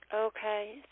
Okay